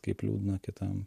kaip liūdna kitam